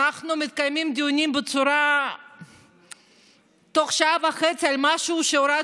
אנחנו מקיימים דיונים תוך שעה וחצי על משהו שהוראת